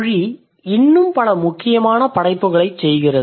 மொழி இன்னும் பல முக்கியமான படைப்புகளைச் செய்கிறது